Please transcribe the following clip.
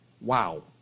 Wow